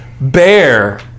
bear